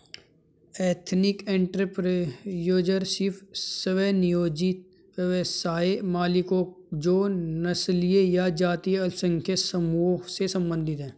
ethnic entrepreneurship, स्व नियोजित व्यवसाय मालिकों जो नस्लीय या जातीय अल्पसंख्यक समूहों से संबंधित हैं